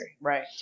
Right